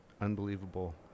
Unbelievable